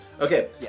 Okay